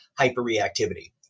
hyperreactivity